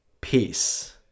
Peace